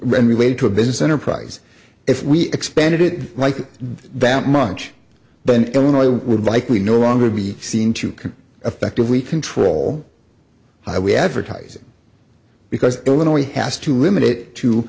related to a business enterprise if we expanded it like that munch then illinois would like we no longer be seen to can effectively control i we advertising because illinois has to limit it to